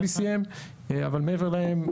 אבל מעבר להם,